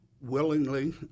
willingly